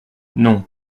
non